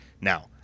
Now